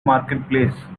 marketplace